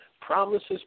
promises